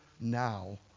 now